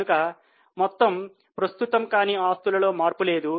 కనుక మొత్తము ప్రస్తుతం కాని ఆస్తులలో మార్పు లేదు